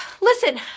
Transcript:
Listen